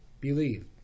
believe